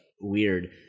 weird